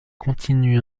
continue